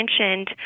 mentioned